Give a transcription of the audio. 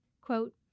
Quote